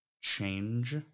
change